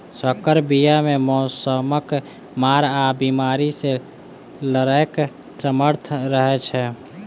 सँकर बीया मे मौसमक मार आ बेमारी सँ लड़ैक सामर्थ रहै छै